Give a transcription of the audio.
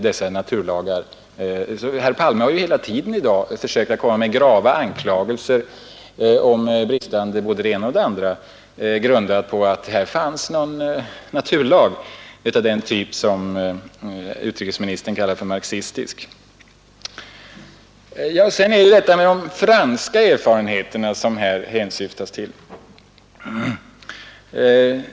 I så fall skulle jag efter att ha lyssnat till herr Palme vilja säga att om det finns en marxistisk idé av detta slag så är denna idé också ”palmistisk”, för herr Palme har ju hela dagen med olika tillvitelser sagt att ekonomiskt samarbete skulle vara ogörligt av neutralitetsskäl. Det har här hänsyftats på de franska erfarenheterna.